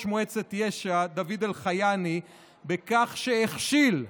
מועצת ישע דוד אלחייני בכך שהכשיל,